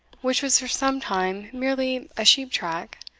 which was for some time merely a sheep-track,